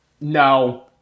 No